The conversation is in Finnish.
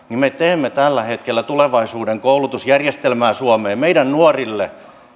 me teemme tällä hetkellä tulevaisuuden koulutusjärjestelmää suomeen meidän nuorille